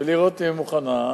ולראות אם היא מוכנה,